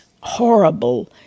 horrible